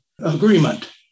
Agreement